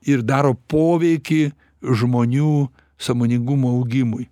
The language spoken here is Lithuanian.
ir daro poveikį žmonių sąmoningumo augimui